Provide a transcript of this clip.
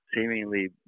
seemingly